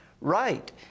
right